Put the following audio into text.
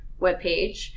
webpage